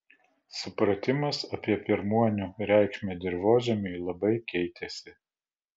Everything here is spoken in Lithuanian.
supratimas apie pirmuonių reikšmę dirvožemiui labai keitėsi